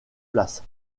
place